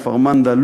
כפר-מנדא,